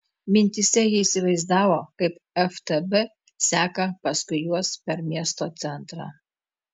mintyse ji įsivaizdavo kaip ftb seka paskui juos per miesto centrą